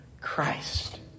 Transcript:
Christ